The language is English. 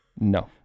No